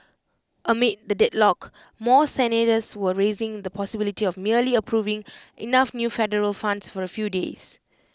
amid the deadlock more senators were raising the possibility of merely approving enough new Federal Funds for A few days